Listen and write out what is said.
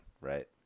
right